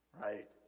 right